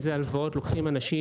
איזה הלוואות לוקחים אנשים,